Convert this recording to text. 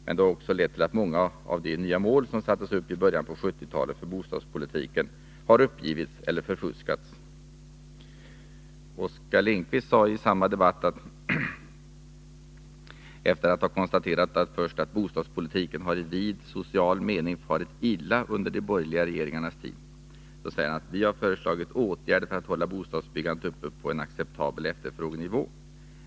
Men det har också lett till att många av de nya mål som sattes —,» m. upp i början av 1970-talet för bostadspolitiken har uppgivits eller förfuskats.” Oskar Lindkvist sade i samma debatt: ”Bostadspolitiken har i vid social mening farit illa under de borgerliga regeringarnas tid.” Han fortsatte: ”Vi har föreslagit åtgärder för att hålla bostadsbyggandet uppe på en acceptabel efterfrågenivå.